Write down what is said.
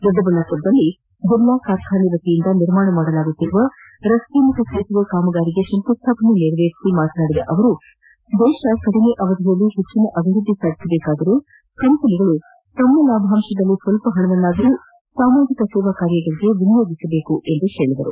ದೊಡ್ಡಬಳ್ಳಾಪುರದಲ್ಲಿ ಬಿರ್ಲಾ ಕಾರ್ಖಾನೆ ವತಿಯಿಂದ ನಿರ್ಮಾಣ ಮಾಡಲಾಗುವ ರಸ್ತೆ ಮತ್ತು ಸೇತುವೆ ಕಾಮಗಾರಿಗೆ ಶಂಕುಸ್ಥಾಪನೆ ನೆರವೇರಿಸಿ ಮಾತನಾದಿದ ಅವರು ದೇಶ ಕಡಿಮೆ ಅವಧಿಯಲ್ಲಿ ಹೆಚ್ಚಿನ ಅಭಿವೃದ್ಧಿ ಸಾಧಿಸಬೇಕಾದರೆ ಕಂಪನಿಗಳು ತಮ್ಮ ಲಾಬಾಂಶದಲ್ಲಿ ಸ್ವಲ್ಪ ಹಣವನ್ನಾದರೂ ಸಾಮಾಜಿಕ ಸೇವಾ ಕಾರ್ಯಗಳಿಗೆ ವಿನಿಯೋಗಿಸಬೇಕು ಎಂದರು